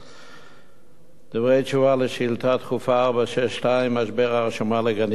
דברי תשובה על שאילתא דחופה מס' 462 בנושא משבר ההרשמה לגנים: כפי